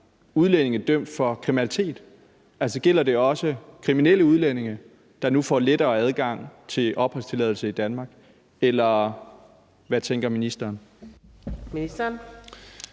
for udlændinge, der er dømt for kriminalitet. Altså, gælder det også for kriminelle udlændinge, der nu får lettere adgang til opholdstilladelse i Danmark? Hvad tænker ministeren?